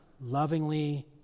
Lovingly